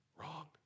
wrong